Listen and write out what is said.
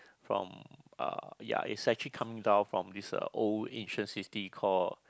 from uh ya it's actually coming down from this uh old ancient city call